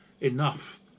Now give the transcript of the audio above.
enough